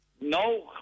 No